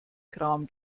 kram